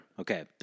Okay